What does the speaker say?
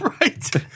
Right